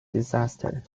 disaster